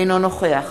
אינו נוכח